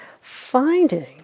finding